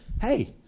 hey